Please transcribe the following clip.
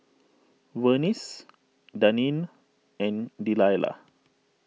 Vernice Deneen and Delilah